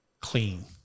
clean